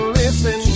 listen